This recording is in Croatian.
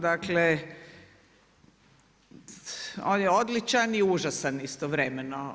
Dakle, on je odličan i užasan istovremeno.